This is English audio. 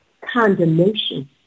condemnation